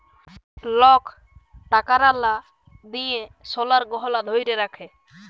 lock টাকার লা দিঁয়ে সলার গহলা ধ্যইরে রাখে